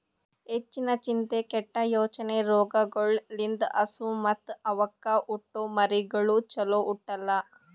ಹೆಚ್ಚಿನ ಚಿಂತೆ, ಕೆಟ್ಟ ಯೋಚನೆ ರೋಗಗೊಳ್ ಲಿಂತ್ ಹಸು ಮತ್ತ್ ಅವಕ್ಕ ಹುಟ್ಟೊ ಮರಿಗಳು ಚೊಲೋ ಹುಟ್ಟಲ್ಲ